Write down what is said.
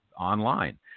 online